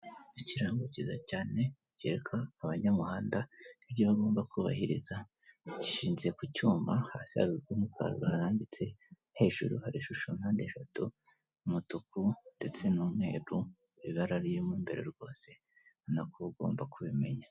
Ikirango kiza cyane cyereka abanyamuhanda ibyo bagomba kubahiriza, gishinze ku cyuma hasi hari urw'umukara ruharambitse, hejuru hari ishusho mpandeshatu, umutuku ndetse n'umweru ibara ririmo imbere rwose ni na ko ugomba kubimenya.